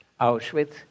Auschwitz